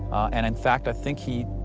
and, in fact, i think he